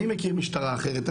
אני מכיר משטרה אחרת,